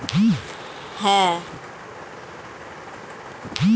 সারা পৃথিবী জুড়ে মানুষ মাছকে অনেক ভাবে খায়